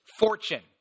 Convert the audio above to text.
fortune